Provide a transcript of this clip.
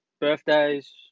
Birthdays